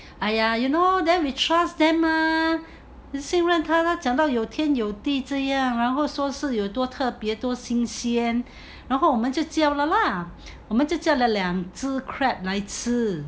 !aiya! then you know we trust them mah 信任他讲到有天的地这样然后说是有多特别多新鲜然后我们就叫了 lah 我们就叫了两只 crab 来吃